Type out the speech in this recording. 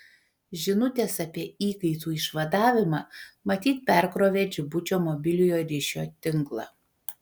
žinutės apie įkaitų išvadavimą matyt perkrovė džibučio mobiliojo ryšio tinklą